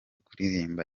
kuririmba